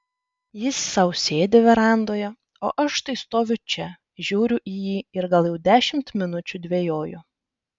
jis sau sėdi verandoje o aš štai stoviu čia žiūriu į jį ir gal jau dešimt minučių dvejoju